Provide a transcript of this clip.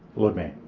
lord mayor